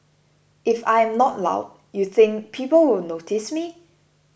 if I am not loud you think people will notice me